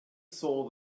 saw